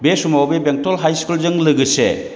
बे समाव बे बेंटल हाइ स्कुलजों लोगोसे